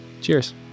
cheers